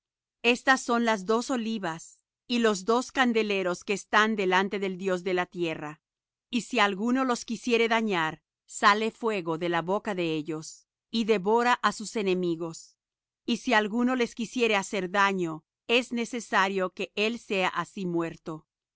estas son las dos olivas y los dos candeleros que están delante del dios de la tierra y si alguno les quisiere dañar sale fuego de la boca de ellos y devora á sus enemigos y si alguno les quisiere hacer daño es necesario que él sea así muerto